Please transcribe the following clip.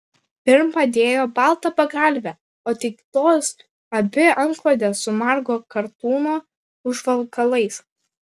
pirm padėjo baltą pagalvę o tik tos abi antklodes su margo kartūno užvalkalais